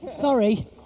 Sorry